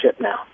now